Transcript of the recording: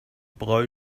blow